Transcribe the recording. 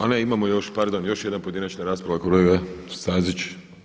A ne, imamo još, pardon još jedna pojedinačna rasprava kolega Stazić.